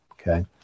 Okay